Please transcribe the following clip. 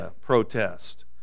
protest